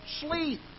sleep